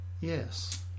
Yes